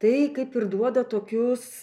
tai kaip ir duoda tokius